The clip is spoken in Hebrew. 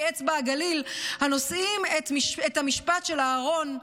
אצבע הגליל הנושאים את המשפט של אהרן,